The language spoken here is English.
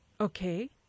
Okay